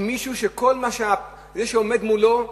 אם זה שעומד מולו,